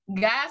guys